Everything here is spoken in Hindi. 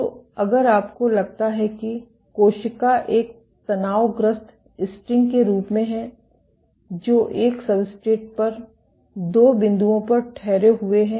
तो अगर आपको लगता है कि कोशिका एक तनावग्रस्त स्ट्रिंग के रूप में है जो एक सब्सट्रेट पर दो बिंदुओं पर ठहरे हुए हैं